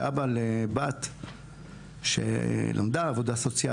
כאבא לבת שלמדה עבודה סוציאלית.